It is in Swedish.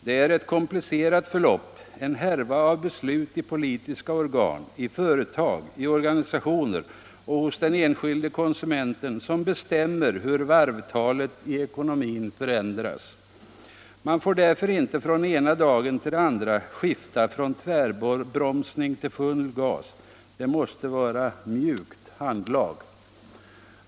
Det är ett komplicerat förlopp, en härva av beslut i politiska organ, i företag, i organisationer och hos den enskilde konsumenten som bestämmer hur varvtalet i ekonomin förändras. Man får därför inte från ena dagen till den andra skifta från tvärbromsning till full gas. Det måste vara mjukt handlag.